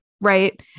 right